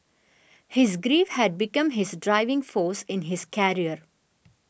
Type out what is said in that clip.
his grief had become his driving force in his career